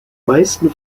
meisten